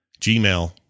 Gmail